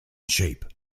shape